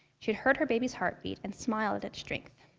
she'd heard her baby's heartbeat and smiled at its strength.